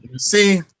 See